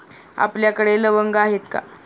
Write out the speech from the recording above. आपल्याकडे लवंगा आहेत का?